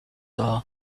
are